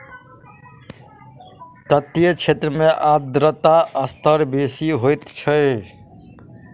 तटीय क्षेत्र में आर्द्रता स्तर बेसी होइत अछि